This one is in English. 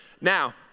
Now